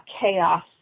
chaos